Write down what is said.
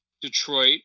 Detroit